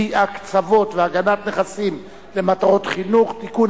הקצבות והגנת נכסים למטרות חינוך) (תיקון,